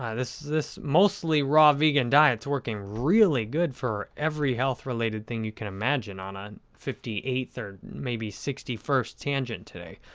ah this this mostly raw vegan diet's working really good for every health-related thing you can imagine on a fifty eighth or maybe, sixty first tangent today.